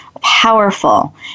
powerful